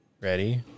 Ready